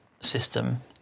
system